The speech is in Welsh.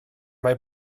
mae